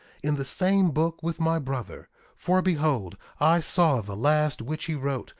in the same book with my brother for behold, i saw the last which he wrote,